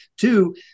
Two